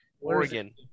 Oregon